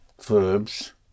verbs